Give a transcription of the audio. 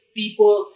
people